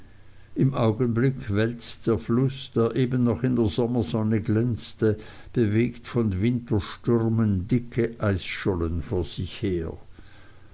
im augenblick wälzt der fluß der eben noch in der sommersonne glänzte bewegt von winterstürmen dicke eisschollen vor sich her